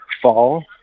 fall